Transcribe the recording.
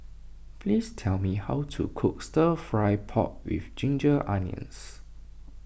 please tell me how to cook Stir Fry Pork with Ginger Onions